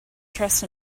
trust